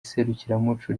serukiramuco